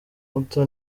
mbuto